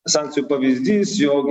sankcijų pavyzdys jog